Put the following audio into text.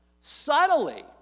subtly